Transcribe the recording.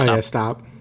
stop